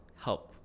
help